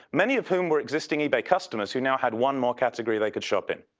many of whom were existing ebay customers, who now had one more category they could shop in.